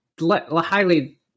highly